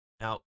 Now